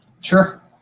Sure